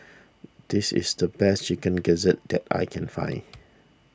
this is the best Chicken Gizzard that I can find